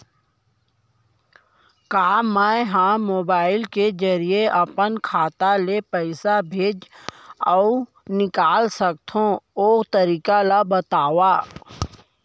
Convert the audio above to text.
का मै ह मोबाइल के जरिए अपन खाता ले पइसा भेज अऊ निकाल सकथों, ओ तरीका ला बतावव?